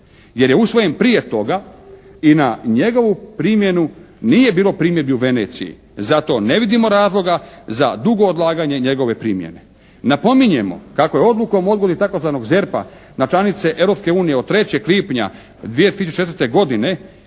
jer je usvojen prije toga i na njegovu primjenu nije bilo primjedbi u Veneciji. Zato ne vidimo razloga za dugo odlaganje njegove primjene. Napominjemo, kako je odlukom o odgodi tzv. ZERP-a na članice Europske unije od 3. lipnja 2004. godine